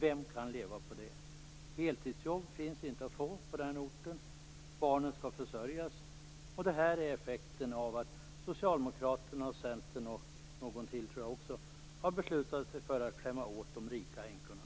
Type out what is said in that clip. Vem kan leva på det? Heltidsjobb finns inte att få på orten, och barnen skall försörjas. Det här är effekten av att Socialdemokraterna, Centern och, tror jag, någon till har beslutat sig för att klämma åt de rika änkorna.